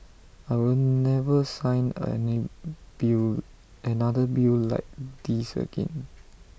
I will never sign bill another bill like this again